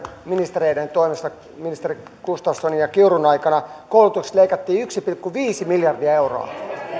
ministereidenne toimesta ministeri gustafssonin ja kiurun aikana koulutuksesta leikattiin yksi pilkku viisi miljardia euroa